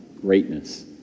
greatness